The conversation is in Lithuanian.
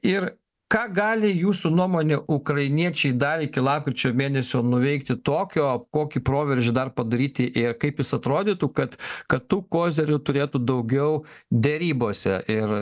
ir ką gali jūsų nuomone ukrainiečiai dar iki lapkričio mėnesio nuveikti tokio kokį proveržį dar padaryti ir kaip jis atrodytų kad kad tų kozerių turėtų daugiau derybose ir